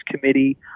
committee